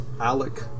Alec